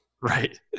Right